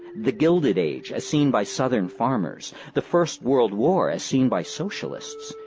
the gilded age as seen by southern farmers, the first world war as seen by socialists,